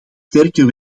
sterker